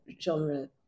genre